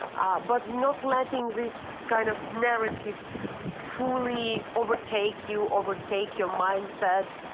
ah but not letting this kind of narrative fully overtake you, overtake your mindset.